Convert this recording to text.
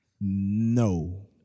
no